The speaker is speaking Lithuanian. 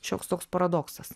šioks toks paradoksas